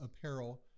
apparel